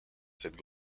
cette